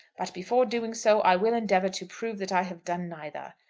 but before doing so i will endeavour to prove that i have done neither.